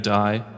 die